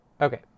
Okay